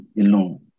alone